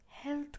health